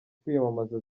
kwiyamamaza